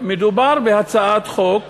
מדובר בהצעת חוק